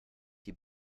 die